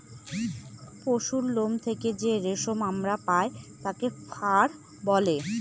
পশুরলোম থেকে যে রেশম আমরা পায় তাকে ফার বলে